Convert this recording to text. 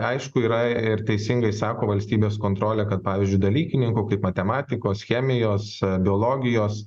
aišku yra ir teisingai sako valstybės kontrolė kad pavyzdžiui dalykininkų kaip matematikos chemijos biologijos